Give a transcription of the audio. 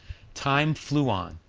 time flew on,